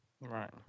Right